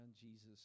Jesus